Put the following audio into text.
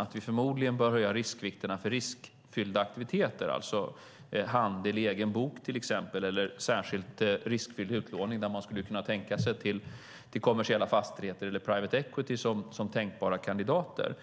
Vi bör förmodligen höja riskvikterna för riskfyllda aktiviteter, till exempel handel i egen bok eller särskilt riskfylld utlåning till kommersiella fastigheter eller private equity som tänkbara kandidater.